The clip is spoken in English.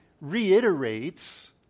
reiterates